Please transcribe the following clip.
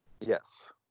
Yes